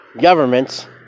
governments